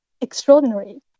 extraordinary